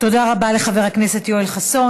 תודה רבה לחבר הכנסת יואל חסון.